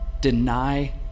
deny